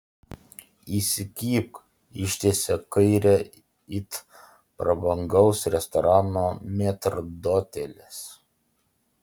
įsikibk ištiesia kairę it prabangaus restorano metrdotelis